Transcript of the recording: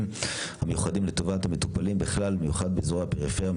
המיוחדים לטובת המטופלים בכלל ובמיוחד באזורי הפריפריה,